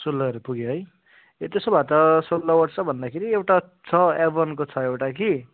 सोह्रहरू पुग्यो है ए त्यसो भए त सोह्र वर्ष भन्दाखेरि एउटा छ एभनको छ एउटा कि